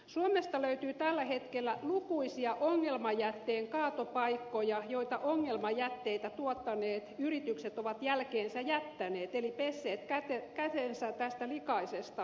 suomesta löytyy tällä hetkellä lukuisia ongelmajätteen kaatopaikkoja joita ongelmajätteitä tuottaneet yritykset ovat jälkeensä jättäneet eli ne ovat pesseet kätensä tästä likaisesta aineesta